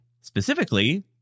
specifically